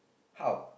how